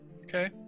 Okay